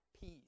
peace